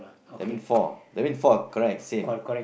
that mean four that mean four correct same